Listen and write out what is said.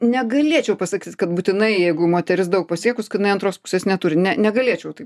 negalėčiau pasakyt kad būtinai jeigu moteris daug pasiekus kad jinai antros pusės neturi ne negalėčiau taip